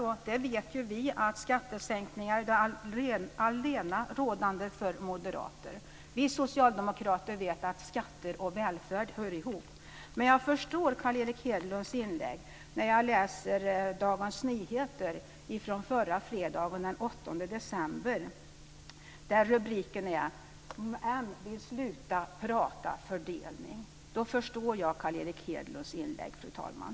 Vi vet ju att skattesänkningar är det allena rådande för moderater. Vi socialdemokrater vet att skatter och välfärd hör ihop. Men jag förstår Carl Erik Hedlunds inlägg när jag läser Där är rubriken: M vill sluta prata fördelning. Då förstår jag Carl Erik Hedlunds inlägg, fru talman.